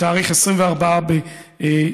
בתאריך 24 בינואר,